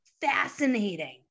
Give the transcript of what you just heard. fascinating